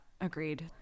Agreed